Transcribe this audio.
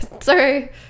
sorry